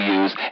use